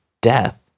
death